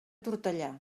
tortellà